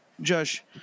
Josh